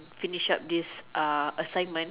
finish up this uh assignment